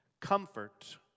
Comfort